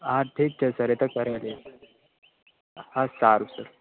હા ઠીક છે સર એતો કરાવી દઈશ હા સારું સર